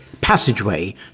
passageway